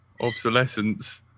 obsolescence